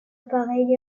pareille